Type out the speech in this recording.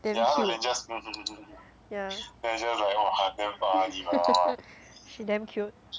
damn cute yeah she damn cute